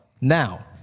now